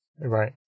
Right